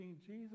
Jesus